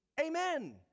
Amen